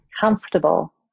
comfortable